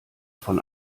von